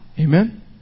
Amen